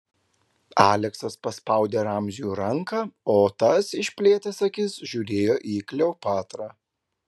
aleksas paspaudė ramziui ranką o tas išplėtęs akis žiūrėjo į kleopatrą